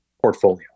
portfolio